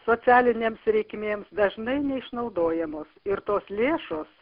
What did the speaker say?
socialinėms reikmėms dažnai neišnaudojamos ir tos lėšos